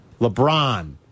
LeBron